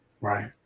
right